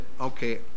okay